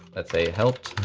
let's say helped